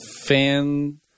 fan